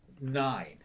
nine